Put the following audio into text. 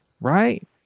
right